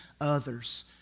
others